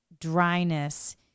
dryness